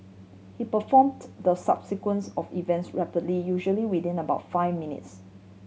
he performed the subsequence of events rapidly usually within about five minutes